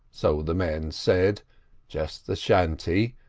so the men said just the shanty,